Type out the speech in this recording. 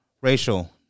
Rachel